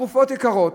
התרופות יקרות.